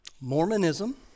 Mormonism